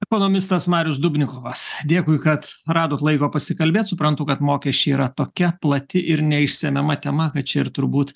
ekonomistas marius dubnikovas dėkui kad radot laiko pasikalbėt suprantu kad mokesčiai yra tokia plati ir neišsemiama tema kad čia ir turbūt